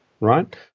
right